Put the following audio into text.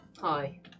Hi